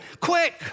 quick